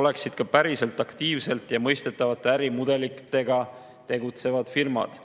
oleksid ka päriselt, aktiivselt ja mõistetavate ärimudelitega tegutsevad firmad.